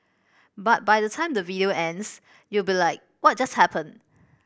but by the time the video ends you'll be like what just happened